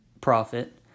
profit